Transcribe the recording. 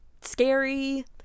scary